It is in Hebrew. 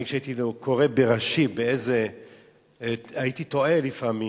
אני, כשהייתי קורא ברש"י, הייתי טועה לפעמים.